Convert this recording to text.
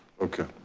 okay.